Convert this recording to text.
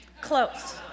close